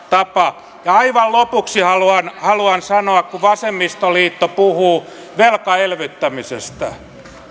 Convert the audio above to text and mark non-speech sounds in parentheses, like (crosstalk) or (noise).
(unintelligible) tapa aivan lopuksi haluan haluan sanoa kun vasemmistoliitto puhuu velkaelvyttämisestä